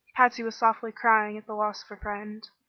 patsy was softly crying at the loss of her friend.